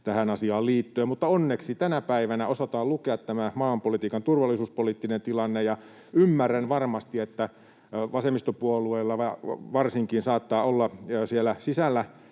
tähän asiaan liittyen. Onneksi tänä päivänä osataan lukea tämä maailmanpolitiikan turvallisuuspoliittinen tilanne. Ymmärrän, että varmasti varsinkin vasemmistopuolueilla saattaa olla siellä sisällä